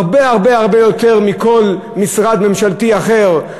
הרבה הרבה הרבה יותר מבכל משרד ממשלתי אחר.